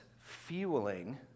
fueling